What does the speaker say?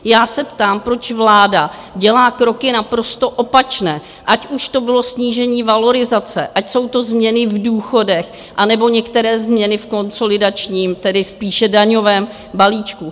Já se ptám, proč vláda dělá kroky naprosto opačné, ať už to bylo snížení valorizace, ať jsou to změny v důchodech a nebo některé změny v konsolidačním, tedy spíše daňovém balíčku.